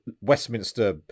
Westminster